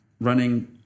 running